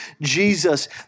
Jesus